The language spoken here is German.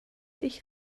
ich